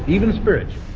even spiritual.